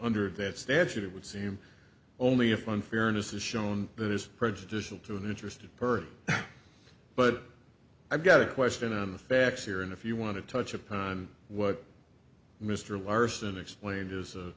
nder that statute it would seem only if unfairness is shown that is prejudicial to an interested person but i've got a question on the facts here and if you want to touch of time what mr larson explained is a